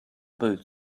booth